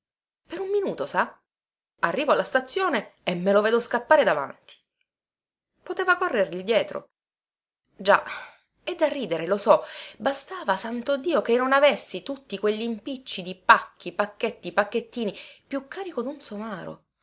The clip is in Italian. per un minuto sa arrivo alla stazione e me lo vedo scappare davanti poteva corrergli dietro già è da ridere lo so bastava santo dio che non avessi tutti queglimpicci di pacchi pacchetti pacchettini più carico dun somaro